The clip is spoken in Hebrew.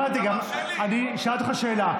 הבנתי אני שאלתי אותך שאלה.